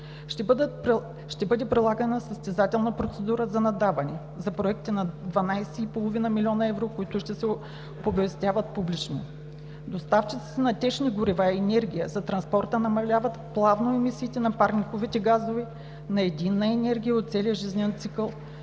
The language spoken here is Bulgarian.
Ще бъде прилагана състезателна процедура за наддаване – за проекти над 12,5 млн. евро, които ще се оповестяват публично. Доставчиците на течни горива и енергия за транспорта намаляват плавно емисиите на парникови газове на единица енергия от целия жизнен цикъл